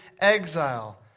exile